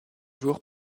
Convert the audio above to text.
joueurs